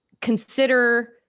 consider